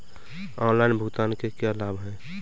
Online भुगतान के क्या लाभ हैं?